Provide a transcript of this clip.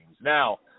Now